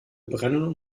brennen